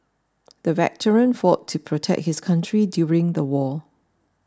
the veteran fought to protect his country during the war